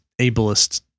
ableist